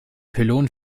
pylon